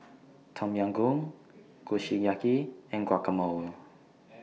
Tom Yam Goong Kushiyaki and Guacamole